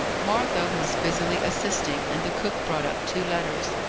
martha was busily assisting, and the cook brought up two letters.